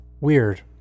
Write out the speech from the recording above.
Weird